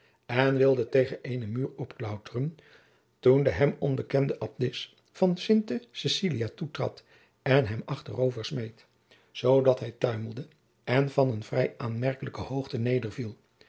en wilde tegen eenen muur opklauteren toen de hem onbekende abdis van jacob van lennep de pleegzoon sinte coecilia toetrad en hem achterover smeet zoodat hij tuimelde en van eene vrij aanmerkelijke hoogte nederviel